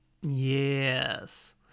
Yes